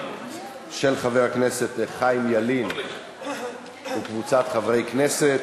של חבר הכנסת חיים ילין וקבוצת חברי כנסת.